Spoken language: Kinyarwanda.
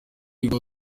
igwa